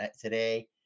today